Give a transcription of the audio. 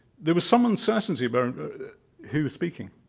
there was some uncertainty about who's speaking,